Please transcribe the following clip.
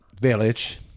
village